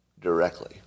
directly